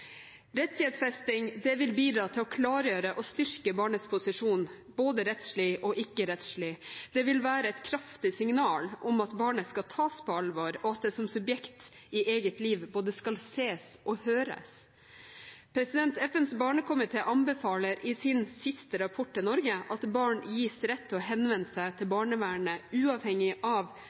Rettighetsfesting vil bidra til å klargjøre og styrke barnets posisjon, både rettslig og ikke-rettslig. Det vil være et kraftig signal om at barnet skal tas på alvor, og at det som subjekt i eget liv både skal ses og høres. FNs barnekomité anbefaler i sin siste rapport til Norge at barn gis rett til å henvende seg til barnevernet uavhengig av samtykke fra foreldrene. Komiteen er bekymret over at barn er avhengige av